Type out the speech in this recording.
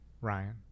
Ryan